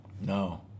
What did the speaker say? No